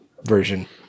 version